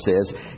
says